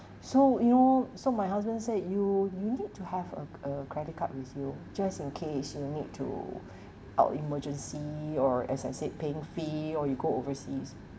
so you know so my husband said you you need to have a a credit card with you just in case you need to uh emergency or as I said paying fee or you go overseas